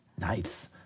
Nice